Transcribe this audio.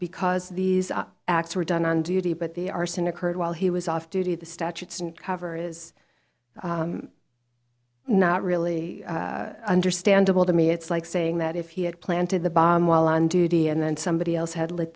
because these acts were done on duty but the arson occurred while he was off duty the statutes didn't cover is not really understandable to me it's like saying that if he had planted the bomb while on duty and then somebody else had li